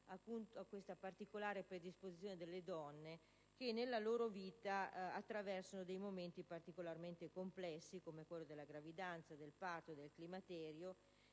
questa particolare predisposizione delle donne che, nella loro vita, attraversano dei momenti particolarmente complessi, come quelli della gravidanza, del parto e del climaterio,